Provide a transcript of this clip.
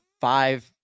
five